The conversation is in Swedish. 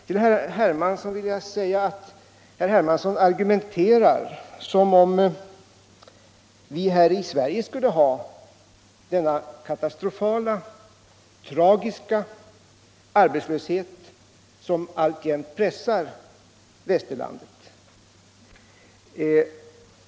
Till herr Hermansson vill jag säga att han argumenterar som om vi här i Sverige skulle ha denna katastrofala, tragiska arbetslöshet som alltjämt pressar västerlandet.